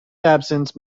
absence